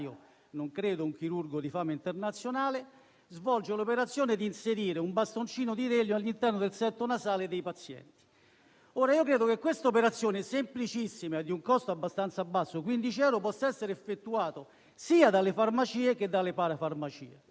non credo un chirurgo di fama internazionale - svolge l'operazione di inserire un bastoncino all'interno del setto nasale dei pazienti. Ebbene, credo che questa operazione semplicissima, a un costo abbastanza basso (15 euro), possa essere effettuata sia nelle farmacie che nelle parafarmacie.